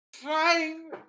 trying